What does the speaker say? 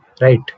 right